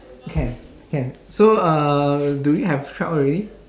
can can so uh do we have twelve already